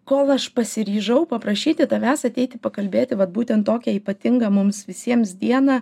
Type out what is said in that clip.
kol aš pasiryžau paprašyti tavęs ateiti pakalbėti vat būtent tokia ypatinga mums visiems dieną